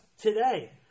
today